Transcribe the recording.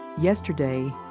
yesterday